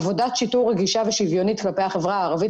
עבודת שיטור רגישה ושוויונית כלפי החברה הערבית